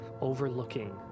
overlooking